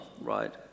right